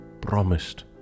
promised